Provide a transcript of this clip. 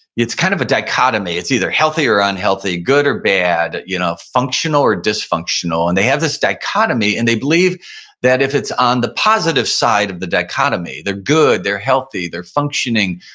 it's kind of a dichotomy. it's either healthy or unhealthy, good or bad, you know functional or dysfunctional. and they have this dichotomy and they believe that if it's on the positive side of the dichotomy, they're good, they're healthy, they're functioning,